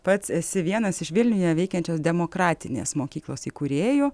pats esi vienas iš vilniuje veikiančios demokratinės mokyklos įkūrėjų